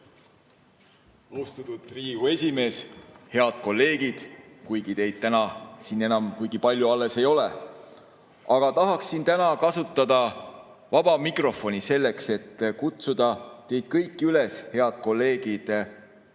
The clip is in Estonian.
Austatud Riigikogu esimees! Head kolleegid! Kuigi teid täna siin enam kuigi palju alles ei ole, tahaksin täna kasutada vaba mikrofoni selleks, et kutsuda teid kõiki üles, head kolleegid,